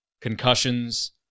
Concussions